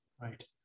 right